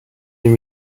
deux